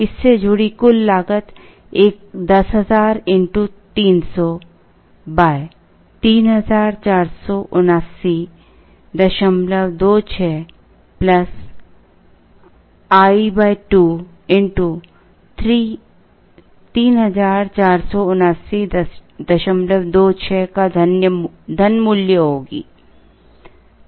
इससे जुड़ी कुल लागत 347926 i2 347926 का धन मूल्य होगी